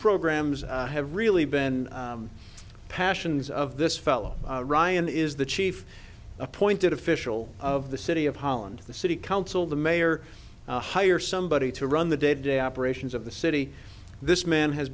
programs have really been passions of this fellow ryan is the chief appointed official of the city of holland the city council the mayor hire somebody to run the day to day operations of the city this man has